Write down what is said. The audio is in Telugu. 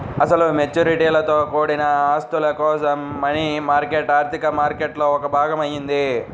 అసలు మెచ్యూరిటీలతో కూడిన ఆస్తుల కోసం మనీ మార్కెట్ ఆర్థిక మార్కెట్లో ఒక భాగం అయింది